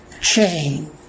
chain